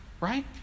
Right